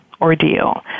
ordeal